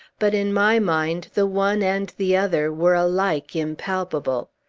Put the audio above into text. but, in my mind, the one and the other were alike impalpable.